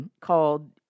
called